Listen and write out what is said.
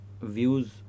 views